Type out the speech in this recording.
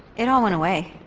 it all went away.